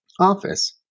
office